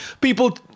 People